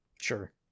Sure